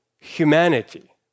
humanity